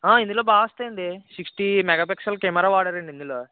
ఇందులో బాగా వస్తాయండి సిక్స్టీ మెగాపిక్సెల్ కెమెరా వాడారు అండి ఇందులో